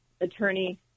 attorney